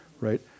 right